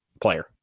player